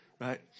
Right